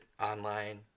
online